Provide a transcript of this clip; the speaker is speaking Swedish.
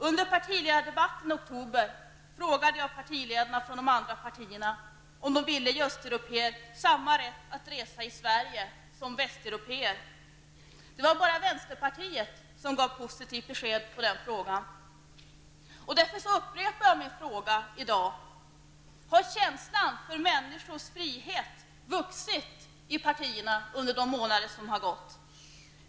Under partiledardebatten i oktober frågade jag partiledarna från de andra partierna om de ville ge östeuropéer samma rätt att resa i Sverige som västeuropéer. Det var bara vänsterpartiet som gav positivt besked. Därför upprepar jag min fråga i dag: Har känslan för människors frihet vuxit i partierna under de månader som gått?